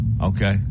Okay